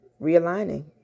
realigning